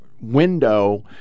window